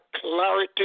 clarity